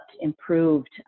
improved